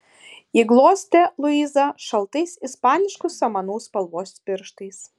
ji glostė luizą šaltais ispaniškų samanų spalvos pirštais